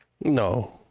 No